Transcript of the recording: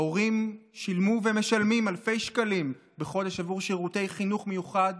ההורים שילמו ומשלמים אלפי שקלים בחודש עבור שירותי חינוך מיוחד